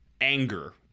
anger